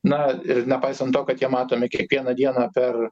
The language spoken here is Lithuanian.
na ir nepaisant to kad jie matomi kiekvieną dieną per